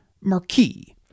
Marquis